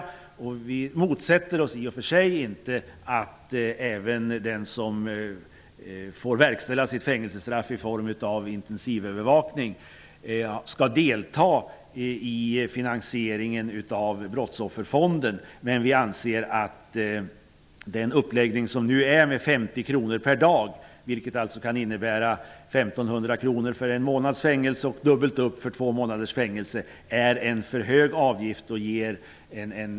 Vi motsätter oss i och för sig inte att även den som får verkställa sitt fängelsestraff i form av intensivövervakning skall delta i finansieringen av brottsofferfonden, men vi anser att den avgift som nu gäller, 50 kr per dag, vilket alltså kan innebära 15 000 kr för en månads fängelse och dubbelt upp för två månader, är en för hög avgift.